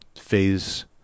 phase